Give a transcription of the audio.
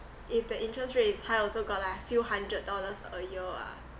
if the interest rate is high also got like few hundred dollars a year ah